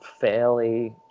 fairly